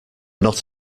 not